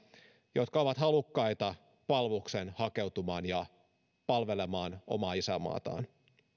jotka ovat halukkaita palvelukseen hakeutumaan ja palvelemaan omaa isänmaataan